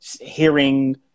hearing